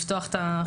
לפתוח את החוק הזה.